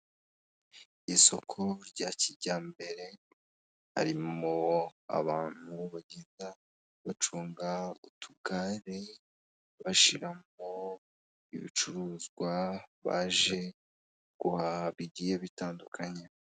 Ahantu heza hasukuye by'intangarugero bigaragara ko hafatirwa amafunguro, harimwo intebe nziza ndetse n'ameza, iruhande hari akabati karimo ibikoresho byifashishwa.